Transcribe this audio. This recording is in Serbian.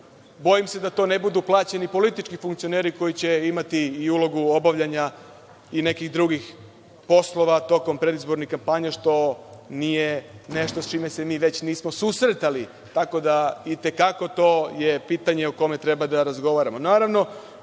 bojim se da to ne budu plaćeni politički funkcioneri, koji će imati i ulogu obavljanja i nekih drugih poslova tokom predizborne kampanje, što nije nešto sa čime se mi već nismo susretali, tako da i te kako to je pitanje o kome treba da razgovaramo. Naravno,